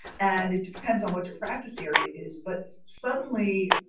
and it depends on what your practice area is. but suddenly,